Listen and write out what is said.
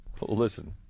Listen